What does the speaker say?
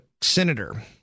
senator